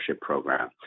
program